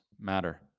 matter